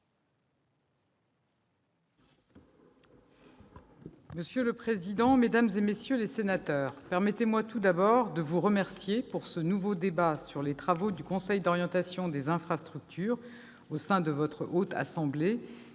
Monsieur le président, mesdames, messieurs les sénateurs, permettez-moi tout d'abord de vous remercier de ce nouveau débat sur les travaux du Conseil d'orientation des infrastructures, le COI, au sein de la Haute Assemblée